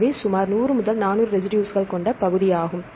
எனவே இது சுமார் 100 முதல் 400 ரெசிடுஸ்கள் கொண்ட பகுதியாகும்